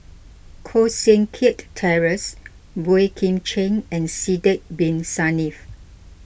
Koh Seng Kiat Terence Boey Kim Cheng and Sidek Bin Saniff